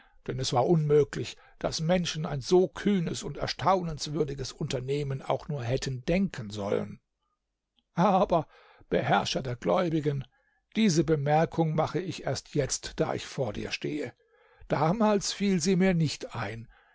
denn es war unmöglich daß menschen ein so kühnes und erstaunenswürdiges unternehmen auch nur hätten denken sollen aber beherrscher der gläubigen diese bemerkung mache ich erst jetzt da ich vor dir stehe damals fiel sie mir nicht ein